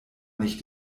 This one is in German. nicht